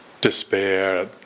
despair